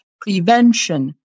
prevention